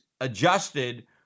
adjusted